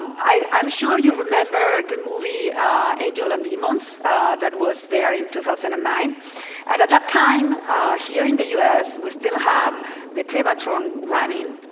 i'm sure you remember the movie angels and demons that was there in two thousand and nine and at that time here in the us. we still have the tevatron running.